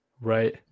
Right